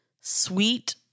Sweet